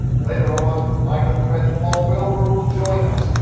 later on my good friend paul wilbur will join us.